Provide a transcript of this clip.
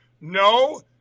No